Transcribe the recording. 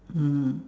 mm